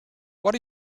what